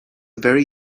very